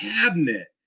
cabinet